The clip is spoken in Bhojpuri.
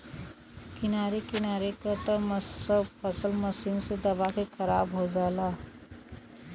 किनारे किनारे क त सब फसल मशीन से दबा के खराब हो जाला